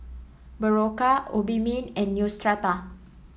Berocca Obimin and Neostrata